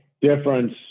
difference